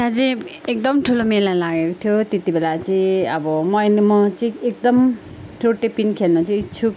त्यहाँ चाहिँ एकदम ठुलो मेला लागेको थियो त्यतिबेला चाहिँ अब मैले म चाहिँ एकदम रोटेपिङ खेल्नु चाहिँ इच्छुक